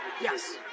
Yes